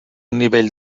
nivell